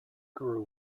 grew